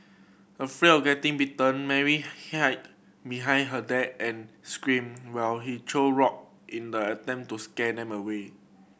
afraid of getting bitten Mary hide behind her dad and screamed while he threw rock in the attempt to scare them away